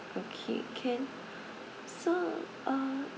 okay can so uh